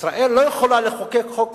ישראל לא יכולה לחוקק חוק כזה.